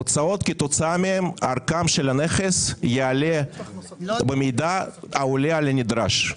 הוצאות כתוצאה מהם ערכו של הנכס יעלה במידה העולה על הנדרש.